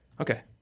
Okay